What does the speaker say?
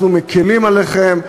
אנחנו מקילים עליכם.